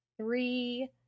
three